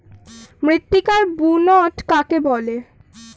মৃত্তিকার বুনট কাকে বলে?